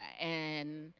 and